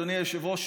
אדוני היושב-ראש,